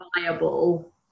viable